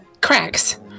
cracks